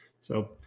So-